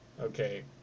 Okay